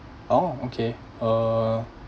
orh okay uh